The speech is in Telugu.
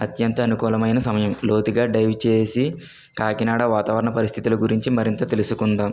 అత్యంత అనుకూలమైన సమయం లోతుగా డైవ్ చేసి కాకినాడ వాతావరణ పరిస్థితుల గురించి మరింత తెలుసుకుందాం